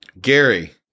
Gary